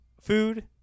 food